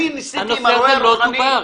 הנושא הזה לא דובר.